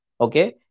okay